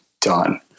done